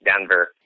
Denver